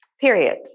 period